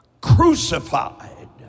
crucified